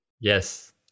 Yes